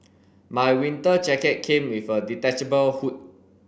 my winter jacket came with a detachable hood